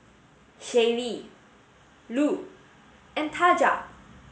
Shaylee Lu and Taja